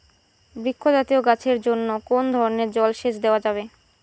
বৃক্ষ জাতীয় গাছের জন্য কোন ধরণের জল সেচ দেওয়া যাবে?